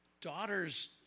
daughter's